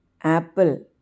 apple